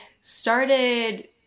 started